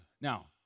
now